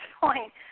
point